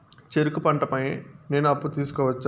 చెరుకు పంట పై నేను అప్పు తీసుకోవచ్చా?